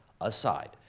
aside